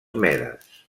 medes